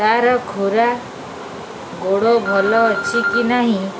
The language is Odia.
ତାର ଖୁରା ଗୋଡ଼ ଭଲ ଅଛି କି ନାହିଁ